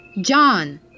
John